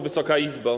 Wysoka Izbo!